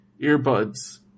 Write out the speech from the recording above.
earbuds